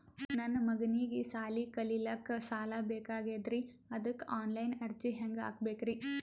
ನನ್ನ ಮಗನಿಗಿ ಸಾಲಿ ಕಲಿಲಕ್ಕ ಸಾಲ ಬೇಕಾಗ್ಯದ್ರಿ ಅದಕ್ಕ ಆನ್ ಲೈನ್ ಅರ್ಜಿ ಹೆಂಗ ಹಾಕಬೇಕ್ರಿ?